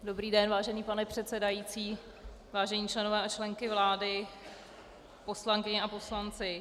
Dobrý den, vážený pane předsedající, vážení členové a členky vlády, poslankyně a poslanci.